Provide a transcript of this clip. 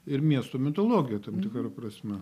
ir miesto mitologija tam tikra prasme